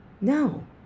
No